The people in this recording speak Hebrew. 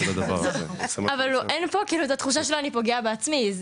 אבל אין לו את התחושה של אני פוגע בעצמי,